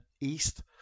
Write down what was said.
East